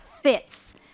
fits